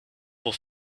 pour